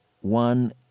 one